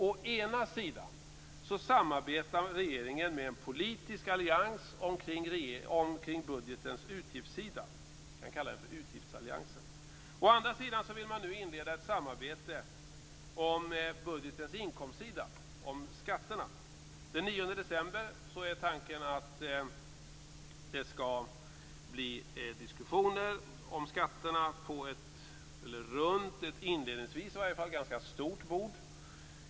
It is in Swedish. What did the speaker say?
Å ena sidan samarbetar regeringen med en politisk allians kring budgetens utgiftssida - vi kan kalla den för utgiftsalliansen. Å andra sidan vill man nu inleda ett samarbete om budgetens inkomstsida - om skatterna. Den 9 december är tanken att det skall bli diskussioner om skatterna runt ett i varje fall inledningsvis ganska stort bord.